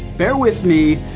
bear with me,